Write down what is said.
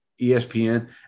ESPN